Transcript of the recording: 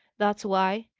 that's why.